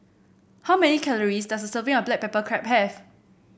how many calories does a serving of Black Pepper Crab have